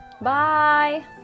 Bye